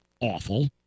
awful